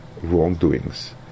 wrongdoings